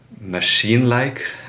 machine-like